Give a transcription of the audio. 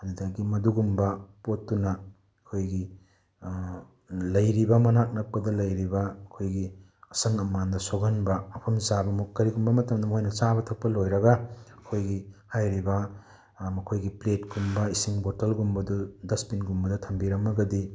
ꯑꯗꯨꯗꯒꯤ ꯃꯗꯨꯒꯨꯝꯕ ꯄꯣꯠꯇꯨꯅ ꯑꯩꯈꯣꯏꯒꯤ ꯂꯩꯔꯤꯕ ꯃꯅꯥꯛ ꯅꯛꯄꯗ ꯂꯩꯔꯤꯕ ꯑꯈꯣꯏ ꯑꯁꯪ ꯑꯃꯥꯟꯗ ꯁꯣꯛꯍꯟꯕ ꯃꯐꯝ ꯆꯥꯕ ꯃꯨꯛ ꯀꯔꯤꯒꯨꯝꯕ ꯃꯇꯝꯗ ꯃꯣꯏꯅ ꯆꯥꯕ ꯊꯛꯄ ꯂꯣꯏꯔꯒ ꯑꯩꯈꯣꯏꯒꯤ ꯍꯥꯏꯔꯤꯕ ꯃꯈꯣꯏꯒꯤ ꯄ꯭ꯂꯦꯠꯀꯨꯝꯕ ꯏꯁꯤꯡ ꯕꯣꯇꯜꯒꯨꯝꯕꯗꯨꯗ ꯗꯁꯕꯤꯟꯒꯨꯝꯕꯗ ꯊꯝꯕꯤꯔꯝꯃꯒꯗꯤ